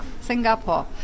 Singapore